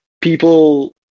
people